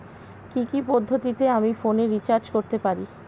কি কি পদ্ধতিতে আমি ফোনে রিচার্জ করতে পারি?